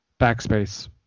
backspace